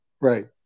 Right